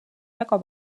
väga